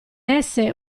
esse